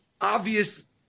obvious